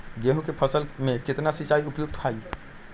गेंहू के फसल में केतना सिंचाई उपयुक्त हाइ?